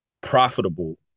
profitable